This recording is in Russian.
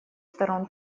сторон